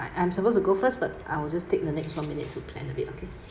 I'm supposed to go first but I will just take the next one minute to plan a bit okay